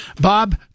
Bob